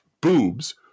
boobs